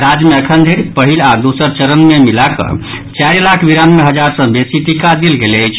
राज्य मे अखन धरि पहिल आ दोसर चरण मे मिलाकऽ चारि लाख बिरानवे हजार सॅ बेसी टीका देल गेल अछि